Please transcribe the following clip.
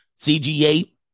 CGA